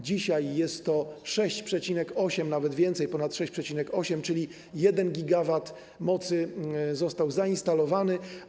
Dzisiaj jest to 6,8, nawet więcej, ponad 6,8, czyli 1 GW mocy został zainstalowany.